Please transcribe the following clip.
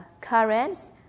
currents